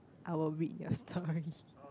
I will read your story